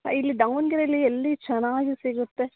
ಇಲ್ಲಿ ದಾವಣಗೆರೆಯಲ್ಲಿ ಎಲ್ಲಿ ಚೆನ್ನಾಗಿ ಸಿಗುತ್ತೆ